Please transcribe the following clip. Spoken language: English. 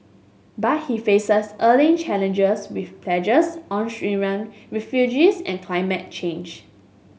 but he faces early challenges with pledges on Syrian refugees and climate change